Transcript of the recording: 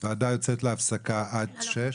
הוועדה יוצאת להפסקה עד השעה